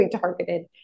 targeted